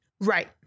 Right